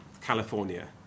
California